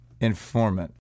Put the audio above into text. informant